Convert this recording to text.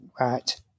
right